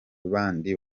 bandi